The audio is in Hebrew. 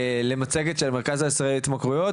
למצגת של המרכז הישראלי להתמכרויות,